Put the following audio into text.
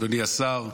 אדוני השר,